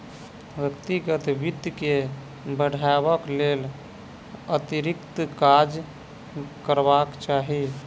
व्यक्तिगत वित्त के बढ़यबाक लेल अतिरिक्त काज करबाक चाही